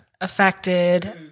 affected